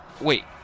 wait